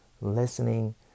listening